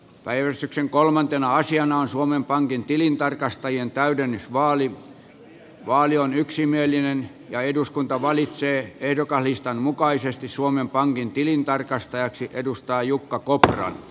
päivystyksen kolmantena asiana on suomen pankin totean että vaali on yksimielinen ja että eduskunta valitsee ehdokaslistan mukaisesti suomen pankin tilintarkastajaksi jukka kopran